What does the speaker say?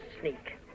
sneak